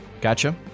Gotcha